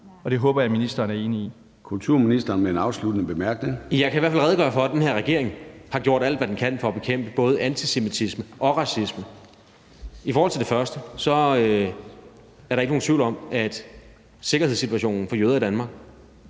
afsluttende bemærkning. Kl. 13:51 Kulturministeren (Jakob Engel-Schmidt): Jeg kan i hvert fald redegøre for, at den her regering har gjort alt, hvad den kan, for at bekæmpe både antisemitisme og racisme. I forhold til det første er der ikke nogen tvivl om, at sikkerhedssituationen for jøder i Danmark